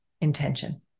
intention